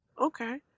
okay